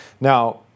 Now